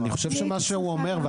אני חושב שמה שהוא אומר,